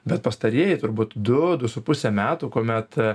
bet pastarieji turbūt du du su puse metų kuomet